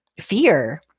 fear